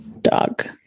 Dog